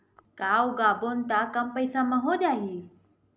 का उगाबोन त कम पईसा म हो जाही?